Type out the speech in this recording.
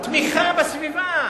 תמיכה בסביבה.